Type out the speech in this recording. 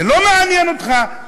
זה לא מעניין אותך.